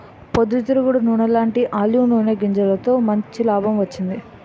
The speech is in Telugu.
పొద్దు తిరుగుడు నూనెలాంటీ ఆలివ్ నూనె గింజలతో మంచి లాభం వచ్చింది